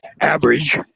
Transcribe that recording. average